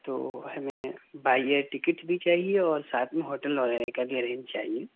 تو ہمیں by air ticket بھی چاہیے اور ساتھ میں ہوٹل وغیرہ کا بھی ارینج چاہیے